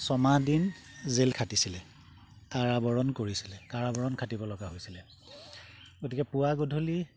ছমাহ দিন জেল খাটিছিলে কাৰাবৰণ কৰিছিলে কাৰাবৰণ খাটিবলগা হৈছিলে গতিকে পুৱা গধূলি